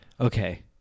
Okay